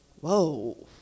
Whoa